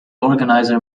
organizer